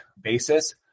basis